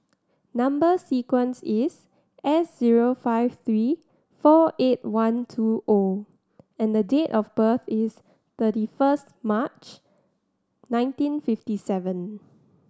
number sequence is S zero five three four eight one two O and date of birth is thirty first March nineteen fifty seven